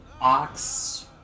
Ox